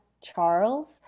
charles